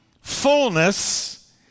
fullness